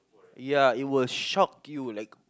ya it will shock you like